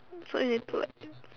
so you